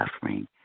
suffering